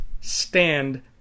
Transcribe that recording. stand